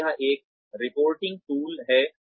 और यह एक रिपोर्टिंग टूल है